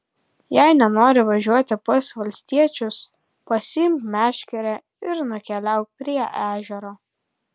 jei nenori važiuoti pas valstiečius pasiimk meškerę ir nukeliauk prie ežero